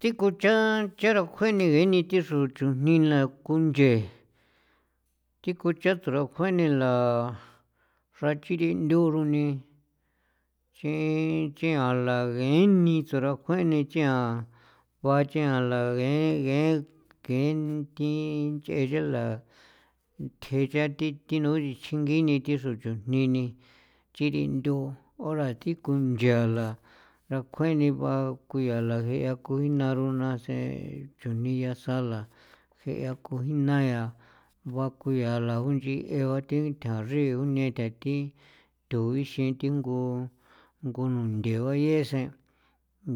Thi ku cha charukjue ni ngee ni ngee xru chunijla kunchee thi ku cha charukjue nila xra chirinthuroni chi chia la geni tsarokjue ni chiaa gua chia la ye ye kain thi nch'e xela thjee che thi thinoo xichjingi ni thi xro chujni ni chirindu ora thi ku nchala rakjueni ba ku yala jea ku jinaruna sen chujni yasala jea ku jina yaa bakuyala o nchi jee ba thi taxri juni ta thi tho ixin thi ngu ngu nunthe bayee sen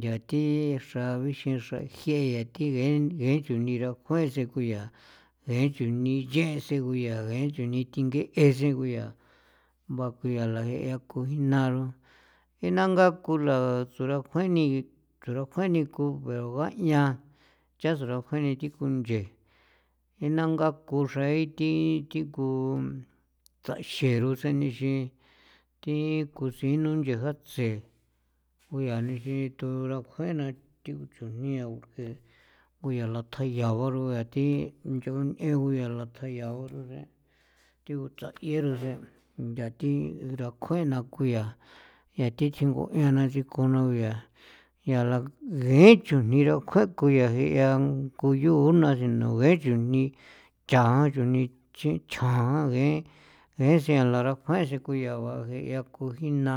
ya thi xra bixin xra jie yaa thi ngee ye chuni rakjuen sen ku yaa kain chujnii nchee sen guyaa ngein chujni thingee esen guyaa bakuyala jean ku jinaro jee na ngakula tsora kjuani tsorakuani ko gañaan chaso rakjuani thi kunchee jee na ngaa kon xran nethi thiku ndaxrixro sen nixi thi ku siin nu nche jatsje ku yaa nixin torakjuen na thi chujnia e kuya la thjayaa ba ro yaa thi nchaon nee ku lathjaye yao thi utsaue ntha thi rakjuena ko ya yaa thi chikjue na chjingo nuya yala ngee chujin ra kukjon yaa jia ko yoona sino kain chujni chaan chujni chichjaan ngee ngee sen la rakjuen sen ku yaa jea ku kujina.